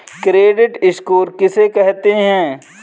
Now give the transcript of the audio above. Credit score किसे कहते हैं?